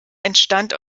entstand